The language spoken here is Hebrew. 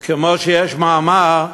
או כמו שיש מאמר: